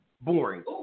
boring